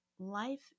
Life